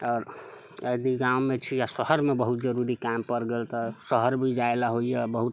आओर अभी गाममे छी आ शहरमे बहुत जरूरी काम पर गेल तऽ शहर भी जाय लए होइया बहुत